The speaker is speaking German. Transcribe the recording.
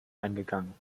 eingegangen